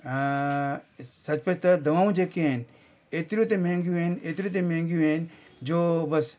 ऐं सचमुच त दवाऊं जेके आहिनि एतिरियूं त महांगियूं आहिनि एतिरियूं त महांगियूं आहिनि जो बसि